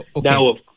Now